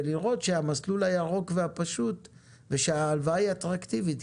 ולראות שהמסלול הירוק פשוט וההלוואה היא אטרקטיבית,